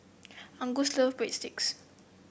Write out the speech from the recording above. Angus love Breadsticks